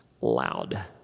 loud